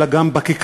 אלא גם בכיכרות,